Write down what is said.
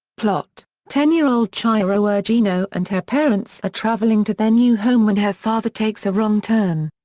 plot ten-year-old chihiro ogino and her parents are traveling to their new home when her father takes a wrong turn.